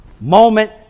Moment